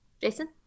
Jason